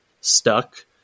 stuck